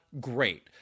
great